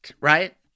right